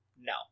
No